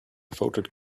voted